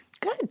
Good